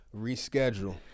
reschedule